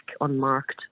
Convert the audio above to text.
unmarked